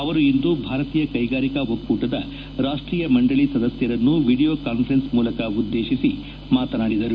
ಅವರು ಇಂದು ಭಾರತೀಯ ಕೈಗಾರಿಕಾ ಒಕ್ಕೂಟದ ರಾಷ್ಷೀಯ ಮಂಡಳಿ ಸದಸ್ನರನ್ನು ವಿಡಿಯೋ ಕಾನ್ವರೆನ್ಸ್ ಮೂಲಕ ಉದ್ಗೇತಿಸಿ ಮಾತನಾಡುತ್ತಿದ್ದರು